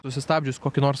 susistabdžius kokį nors